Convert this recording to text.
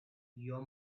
your